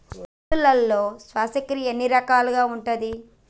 జంతువులలో శ్వాసక్రియ ఎన్ని రకాలు ఉంటది?